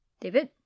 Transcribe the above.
David